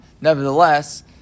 nevertheless